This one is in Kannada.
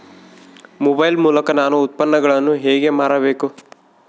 ಮೊಬೈಲ್ ಮೂಲಕ ನಾನು ಉತ್ಪನ್ನಗಳನ್ನು ಹೇಗೆ ಮಾರಬೇಕು?